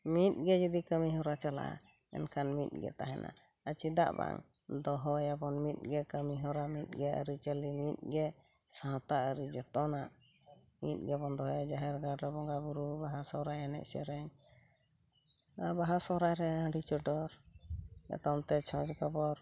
ᱢᱤᱫᱜᱮ ᱡᱩᱫᱤ ᱠᱟᱹᱢᱤᱦᱚᱨᱟ ᱪᱟᱞᱟᱜᱼᱟ ᱮᱱᱠᱷᱟᱱ ᱢᱤᱫᱜᱮ ᱛᱟᱦᱮᱱᱟ ᱟᱨ ᱪᱮᱫᱟᱜ ᱵᱟᱝ ᱫᱚᱦᱚᱭᱟᱵᱚᱱ ᱢᱤᱫᱜᱮ ᱠᱟᱹᱢᱤ ᱦᱚᱨᱟ ᱢᱤᱫᱜᱮ ᱟᱹᱨᱤᱪᱟᱹᱞᱤ ᱢᱤᱫᱜᱮ ᱥᱟᱶᱛᱟ ᱟᱨᱤ ᱡᱚᱛᱚᱱᱟᱜ ᱢᱤᱫᱜᱮᱵᱚᱱ ᱫᱚᱦᱚᱭᱟ ᱡᱟᱦᱮᱨ ᱜᱟᱲ ᱨᱮ ᱵᱚᱸᱜᱟ ᱵᱩᱨᱩ ᱵᱟᱦᱟ ᱥᱚᱦᱨᱟᱭ ᱮᱱᱮᱡ ᱥᱮᱨᱮᱧ ᱵᱟᱦᱟ ᱥᱚᱦᱨᱟᱭᱨᱮ ᱦᱟᱺᱰᱤ ᱪᱚᱰᱚᱨ ᱡᱚᱛᱚᱢ ᱛᱮ ᱪᱷᱚᱸᱪ ᱜᱚᱵᱚᱨ